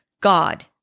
God